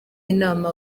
inama